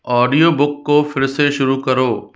audio book को फिर से शुरू करो